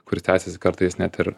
kuris tęsiasi kartais net ir